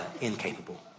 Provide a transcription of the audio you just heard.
incapable